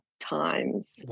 times